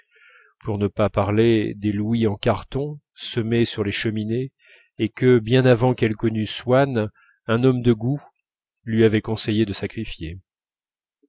pour ne pas parler des louis en carton semés sur les cheminées et que bien avant qu'elle connût swann un homme de goût lui avait conseillé de sacrifier